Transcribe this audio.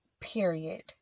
period